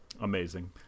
Amazing